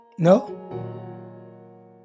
No